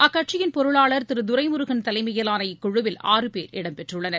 அக்கட்சியின் பொருளாளர் திரு துரைமுருகன் தலைமையிலான இக்குழுவில் ஆறு பேர் இடம் பெற்றுள்ளனர்